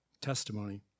testimony